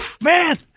Man